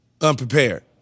unprepared